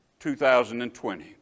2020